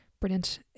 brilliant